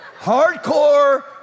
Hardcore